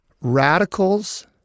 Radicals